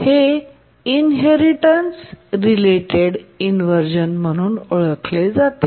हे inheritance related inversion म्हणून ओळखले जाते